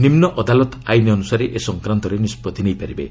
ନିମ୍ନ ଅଦାଲତ ଆଇନ୍ ଅନୁସାରେ ଏ ସଂକ୍ରାନ୍ତରେ ନିଷ୍କଭି ନେଇପାରିବେ